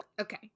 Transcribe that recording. Okay